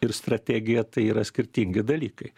ir strategija tai yra skirtingi dalykai